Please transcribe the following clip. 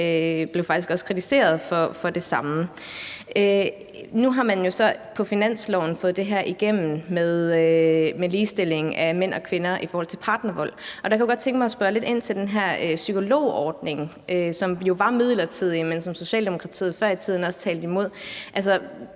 også kritiseret for det samme. Nu har man jo så på finansloven fået det her igennem med ligestillingen af mænd og kvinder i forhold til partnervold, og der kunne jeg godt tænke mig at spørge lidt ind til den her psykologordning, som jo var midlertidig, men som Socialdemokratiet før i tiden også talte imod.